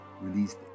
released